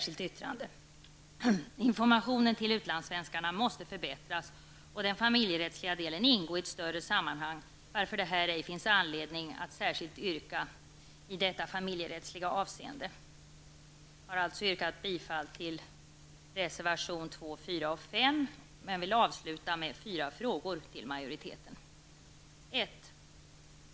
Informationen till utlandssvenskarna måste förbättras och den familjerättsliga delen ingå i ett större sammanhang, varför det här ej finns anledning att framställa yrkanden i detta familjerättsliga avseende. Med detta har jag yrkat bifall till reservationerna 2, 4 och 5. Jag vill avsluta med fyra frågor till majoriteten: 1.